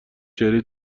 چهره